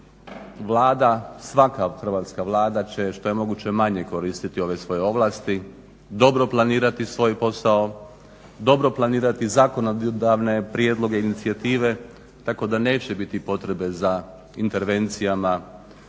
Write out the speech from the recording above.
Vlada, svaka hrvatska Vlada će što je moguće manje koristiti ove svoje ovlasti dobro planirati svoj posao, dobro planirati zakonodavne prijedloge, inicijative tako da neće biti potrebe za intervencijama u